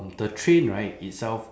the train right itself